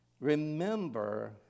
Remember